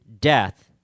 death